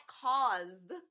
caused